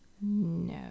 No